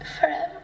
forever